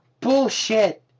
bullshit